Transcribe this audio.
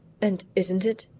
and isn't it?